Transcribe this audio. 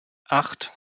acht